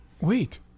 wait